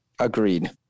Agreed